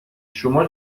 شما